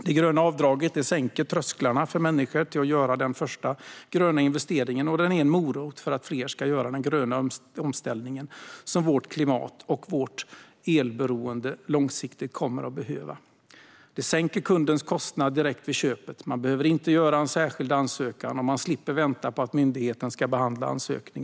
Det gröna avdraget sänker trösklarna för människor att göra den första gröna investeringen och är en morot för att fler ska göra den gröna omställning som vårt klimat och vårt elberoende långsiktigt kommer att behöva. Det sänker kundens kostnad direkt vid köpet, man behöver inte göra en särskild ansökan och man slipper vänta på att myndigheten ska behandla ansökan.